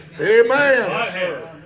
Amen